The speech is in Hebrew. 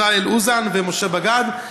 ישראל אוזן ומשה בא-גד,